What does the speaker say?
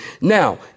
Now